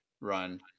run